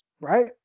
right